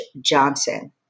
Johnson